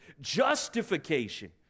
Justification